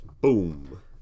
Boom